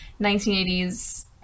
1980s